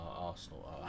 Arsenal